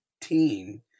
teen